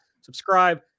Subscribe